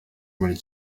muri